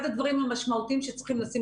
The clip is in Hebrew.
אחד הדברים המשמעותיים שצריכים לשים